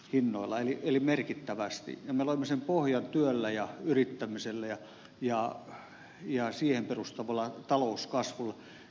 me loimme sen pohjan työlle ja yrittämiselle ja siihen perustuvalle talouskasvulle